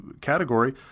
category